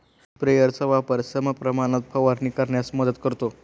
स्प्रेयरचा वापर समप्रमाणात फवारणी करण्यास मदत करतो